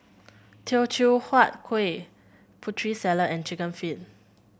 Teochew Huat Kueh Putri Salad and chicken feet